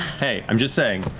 hey, i'm just saying.